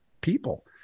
people